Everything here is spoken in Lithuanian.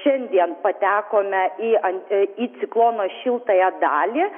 šiandien patekome į ant į ciklono šiltąją dalį